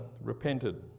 repented